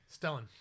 Stellan